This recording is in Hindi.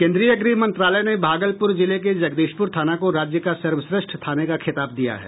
केंद्रीय गृह मंत्रालय ने भागलपुर जिले के जगदीशपुर थाना को राज्य का सर्वश्रेष्ठ थाने का खिताब दिया है